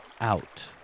out